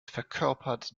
verkörpert